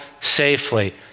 safely